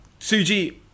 Suji